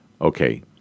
Okay